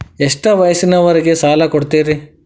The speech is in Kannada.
ಎಷ್ಟ ವಯಸ್ಸಿನವರಿಗೆ ಸಾಲ ಕೊಡ್ತಿರಿ?